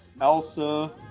Elsa